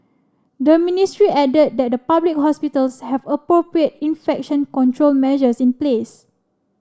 the ministry added that the public hospitals have appropriate infection control measures in place